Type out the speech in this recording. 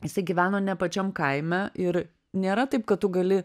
jisai gyveno ne pačiam kaime ir nėra taip kad tu gali